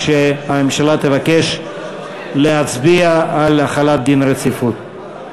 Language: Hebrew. כשהממשלה תבקש להצביע על החלת דין הרציפות.